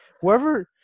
Whoever –